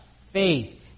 faith